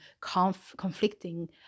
conflicting